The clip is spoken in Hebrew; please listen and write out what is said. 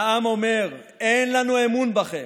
והעם אומר: אין לנו אמון בכם,